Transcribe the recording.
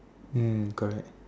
mm correct